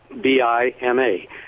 B-I-M-A